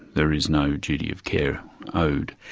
there is no duty of care owed.